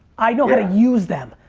i know how to use them.